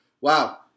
Wow